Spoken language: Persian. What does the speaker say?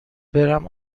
برم